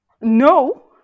no